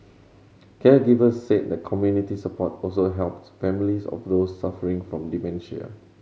caregivers said that community support also helped families of those suffering from dementia